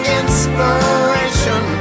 inspiration